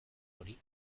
hori